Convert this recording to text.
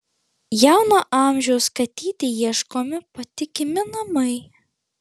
jauno amžiaus katytei ieškomi patikimi namai